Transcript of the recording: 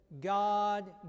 God